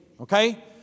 Okay